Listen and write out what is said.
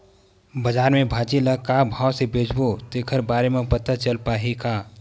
बजार में भाजी ल का भाव से बेचबो तेखर बारे में पता चल पाही का?